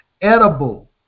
edible